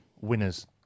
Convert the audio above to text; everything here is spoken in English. Winners